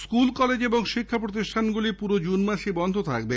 school college এবং শিক্ষা প্রতিষ্ঠান পুরো জন মাসেই বন্ধ থাকবে